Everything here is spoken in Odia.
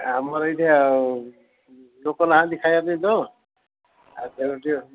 ଆମର ଏଇଠେ ଆଉ ଲୋକ ନାହାଁନ୍ତି ଖାଇବା ପାଇଁ ତ ଆଉ